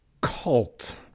cult